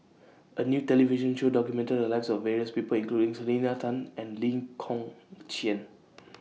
A New television Show documented The Lives of various People including Selena Tan and Lee Kong Chian